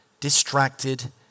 distracted